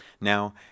Now